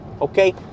okay